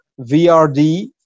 VRD